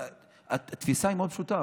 אבל התפיסה היא מאוד פשוטה,